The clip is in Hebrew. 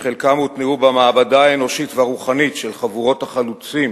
שחלקם הוטמעו במעבדה האנושית והרוחנית של חבורות החלוצים